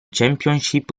championship